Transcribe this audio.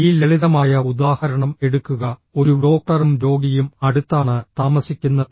ഈ ലളിതമായ ഉദാഹരണം എടുക്കുക ഒരു ഡോക്ടറും രോഗിയും അടുത്താണ് താമസിക്കുന്നത്